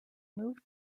moved